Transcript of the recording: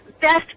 best